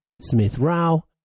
Smith-Rao